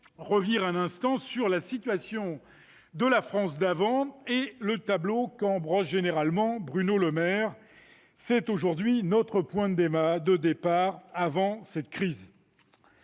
revenir un instant sur la situation de la France d'avant et le tableau qu'en brosse généralement Bruno Le Maire. C'est aujourd'hui notre point de départ, avant la crise.